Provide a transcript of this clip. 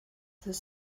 ddydd